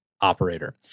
operator